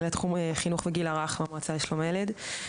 מנהלת תחום חינוך וגיל הרך במועצה לשלום הילד.